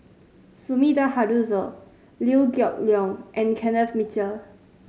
Sumida Haruzo Liew Geok Leong and Kenneth Mitchell